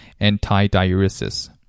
antidiuresis